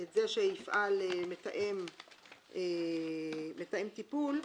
שיפעל מתאם טיפול,